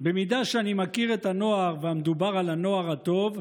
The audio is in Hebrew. במידה שאני מכיר את הנוער, ומדובר על הנוער הטוב,